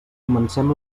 comencem